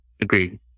Agreed